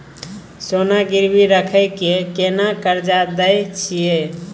सोना गिरवी रखि के केना कर्जा दै छियै?